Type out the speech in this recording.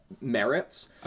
merits